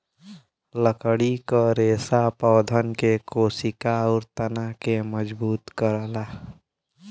लकड़ी क रेसा पौधन के कोसिका आउर तना के मजबूत करला